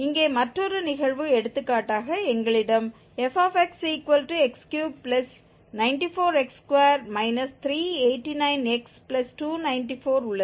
இங்கே மற்றொரு நிகழ்வு எடுத்துக்காட்டாக எங்களிடம் fxx394x2 389x294 உள்ளது